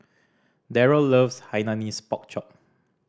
Deryl loves Hainanese Pork Chop